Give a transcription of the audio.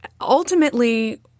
Ultimately